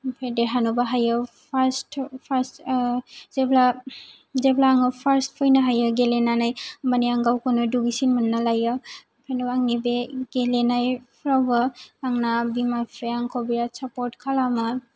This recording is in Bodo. ओमफ्राय देरहानोबो हायो फार्स्ट फार्स्ट जेब्ला जेब्ला आङो फार्स्ट फैनो हायो गेलेनानै माने आं गावखौनो दुगिसिन मोननान लायो ओंखायनोथ' आंनि बे गेलेनायफोरावबो आंना बिमा बिफाया आंखौ बिरात सापर्ट खालामो